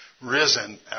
risen